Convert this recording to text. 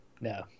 No